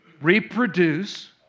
reproduce